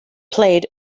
played